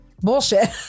bullshit